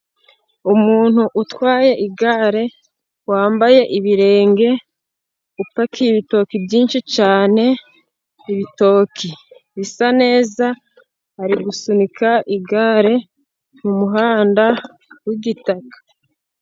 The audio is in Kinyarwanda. Umuntu utwaye igare wambaye ibirenge, upakiye ibitoki byinshi cyane ibitoki bisa neza, ari gusunika igare mu muhanda w'igitaka.